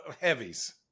heavies